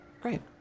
great